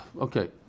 Okay